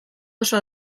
oso